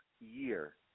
year